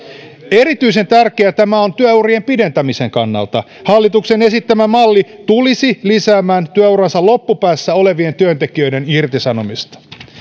erityisen tärkeää tämä on työurien pidentämisen kannalta hallituksen esittämä malli tulisi lisäämään työuransa loppupäässä olevien työntekijöiden irtisanomisia